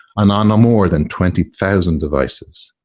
and on more than twenty thousand devices.